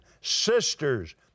sisters